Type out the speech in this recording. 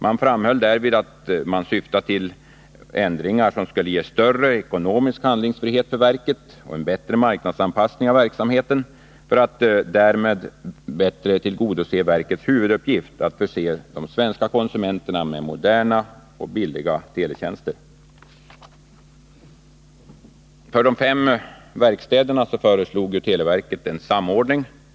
Man framhöll därvid att man syftade till ändringar som skulle ge större ekonomisk handlingsfrihet för verket och en bättre marknadsanpassning av verksamheten för att därmed bättre tillgodose verkets huvuduppgift — att förse de svenska konsumenterna med moderna och billiga teletjänster. För de fem verkstäderna föreslog televerket en samordning.